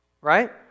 right